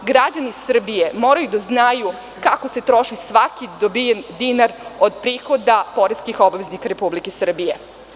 Građani Srbije moraju da znaju kako se troši svaki dobijen dinar od prihoda poreskih obveznika Republike Srbije.